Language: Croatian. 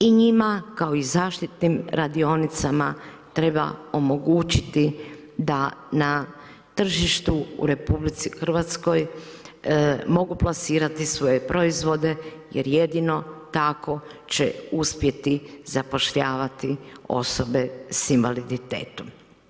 I njima kao i zaštitnim radionicama treba omogućiti da na tržištu u RH mogu plasirati svoje proizvode, jer jedino tako će uspjeti zapošljavati osobe s invaliditetom.